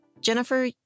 Jennifer